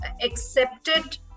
accepted